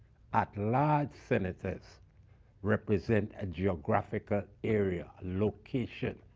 at-large senators represent a geographical area, location.